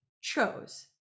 chose